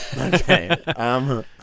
Okay